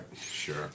Sure